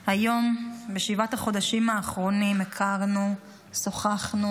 היום ובשבעת והחודשים האחרונים הכרנו, שוחחנו,